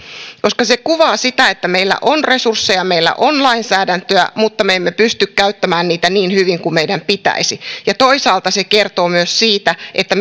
koska se kuvaa sitä että meillä on resursseja ja meillä on lainsäädäntöä mutta me emme pysty käyttämään niitä niin hyvin kuin meidän pitäisi toisaalta se kertoo myös siitä että